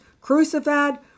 crucified